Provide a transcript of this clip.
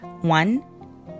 one